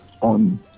on